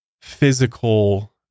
physical